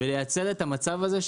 ולייצר את המצב הזה.